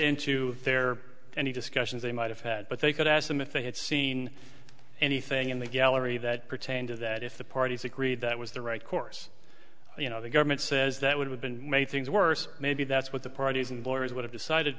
into there any discussions they might have had but they could ask them if they had seen anything in the gallery that pertained to that if the parties agreed that was the right course you know the government says that would have been made things worse maybe that's what the parties and lawyers would have decided